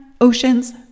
Oceans